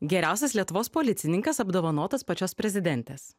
geriausias lietuvos policininkas apdovanotas pačios prezidentės